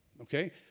Okay